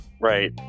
right